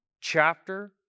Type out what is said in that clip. chapter